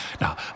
Now